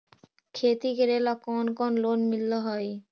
खेती करेला कौन कौन लोन मिल हइ?